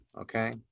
okay